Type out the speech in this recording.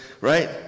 Right